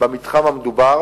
במתחם המדובר,